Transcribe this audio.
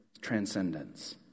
transcendence